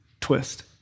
twist